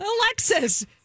Alexis